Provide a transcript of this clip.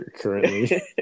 Currently